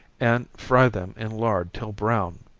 and fry them in lard till brown.